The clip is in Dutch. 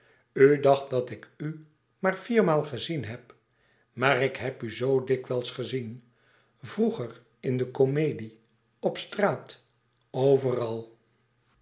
dacht dat ik u maar viermaal gezien heb maar ik heb u zoo dikwijls gezien vroeger in de comedie op straat overal